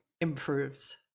improves